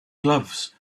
gloves